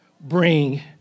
bring